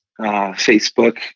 Facebook